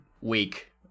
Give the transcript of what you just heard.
week